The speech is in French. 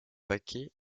paquets